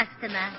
customer